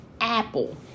Apple